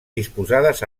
disposades